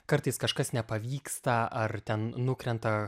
kartais kažkas nepavyksta ar ten nukrenta